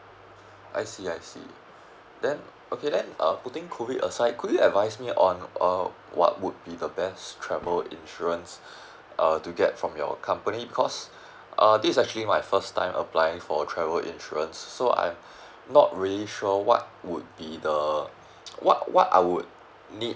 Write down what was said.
I see I see then okay then um putting COVID aside could you advise me on err what would be the best travel insurance uh to get from your company because uh this is actually my first time apply for travel insurance so I'm not really sure what would be the what what I would need